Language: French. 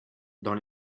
dans